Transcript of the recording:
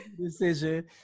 decision